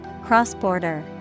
Cross-border